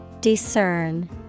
Discern